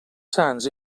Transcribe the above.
sants